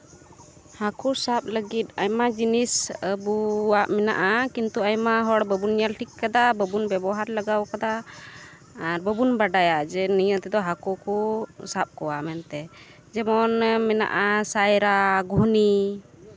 ᱦᱟᱹᱠᱩ ᱥᱟᱵ ᱞᱟᱹᱜᱤᱫ ᱟᱭᱢᱟ ᱡᱤᱱᱤᱥ ᱟᱵᱚᱣᱟᱜ ᱢᱮᱱᱟᱜᱼᱟ ᱠᱤᱱᱛᱩ ᱟᱭᱢᱟ ᱦᱚᱲ ᱵᱟᱵᱚᱱ ᱴᱷᱤᱠ ᱠᱟᱫᱟ ᱵᱟᱵᱚᱱ ᱵᱮᱵᱚᱦᱟᱨ ᱞᱟᱜᱟᱣ ᱠᱟᱫᱟ ᱟᱨ ᱵᱟᱵᱚᱱ ᱵᱟᱰᱟᱭᱟ ᱡᱮ ᱱᱤᱭᱟᱹ ᱛᱮᱫᱚ ᱦᱟᱹᱠᱩ ᱠᱚ ᱥᱟᱵ ᱠᱚᱣᱟ ᱢᱮᱱᱛᱮ ᱡᱮᱢᱚᱱ ᱢᱮᱱᱟᱜᱼᱟ ᱥᱟᱭᱨᱟ ᱜᱷᱩᱱᱤ